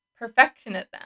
perfectionism